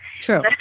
True